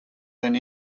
than